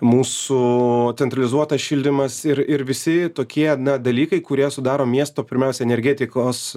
mūsų centralizuotas šildymas ir ir visi tokie dalykai kurie sudaro miesto pirmiausia energetikos